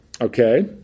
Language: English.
Okay